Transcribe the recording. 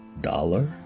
dollar